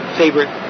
favorite